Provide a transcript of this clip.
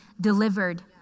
delivered